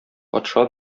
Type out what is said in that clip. патша